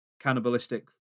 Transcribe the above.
cannibalistic